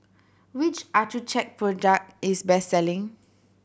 which Accucheck product is best selling